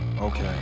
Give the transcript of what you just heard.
Okay